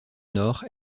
nord